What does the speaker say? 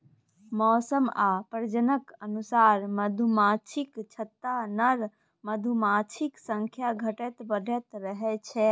मौसम आ प्रजननक अनुसार मधुमाछीक छत्तामे नर मधुमाछीक संख्या घटैत बढ़ैत रहै छै